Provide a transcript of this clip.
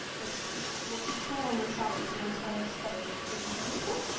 what's what's the tool in your shop that's most unexpectedly useful?